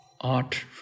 Art